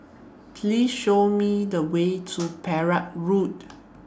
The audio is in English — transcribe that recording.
Please Show Me The Way to Perak Road